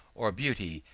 or beauty,